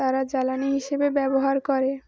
তারা জ্বালানি হিসেবে ব্যবহার করে